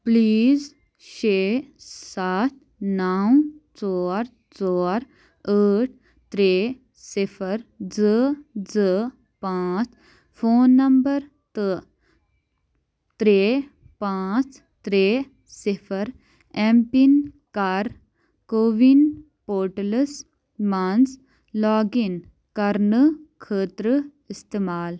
please شےٚ ستھ نَو ژور ژور ٲٹھ ترٛےٚ صِفر زٕ زٕ پانٛژھ فون نمبر تہٕ ترٛےٚ پانٛژھ ترٛےٚ صِفر اٮ۪م پِن کَر کووِن پورٹلس مَنٛز لاگ اِن کرنہٕ خٲطرٕ اِستعمال